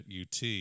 UT